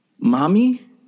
mommy